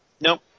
Nope